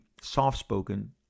soft-spoken